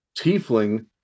tiefling